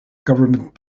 government